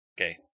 Okay